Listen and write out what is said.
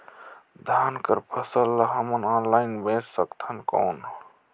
धान कर फसल ल हमन ऑनलाइन बेच सकथन कौन?